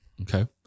okay